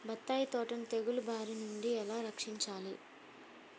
బత్తాయి తోటను తెగులు బారి నుండి ఎలా రక్షించాలి?